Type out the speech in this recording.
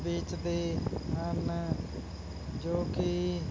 ਵੇਚਦੇ ਹਨ ਜੋ ਕਿ